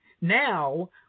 now